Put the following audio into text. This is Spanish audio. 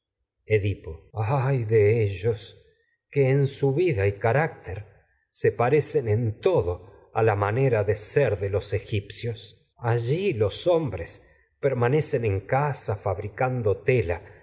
edipo ay todo de a ellos la que en su vida y carácter de los se parecen en manera de ser egipcios allí los hombres permanecen en casa fabricando tela